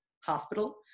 hospital